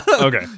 Okay